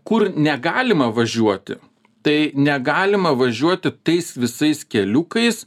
kur negalima važiuoti tai negalima važiuoti tais visais keliukais